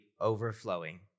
overflowing